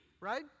right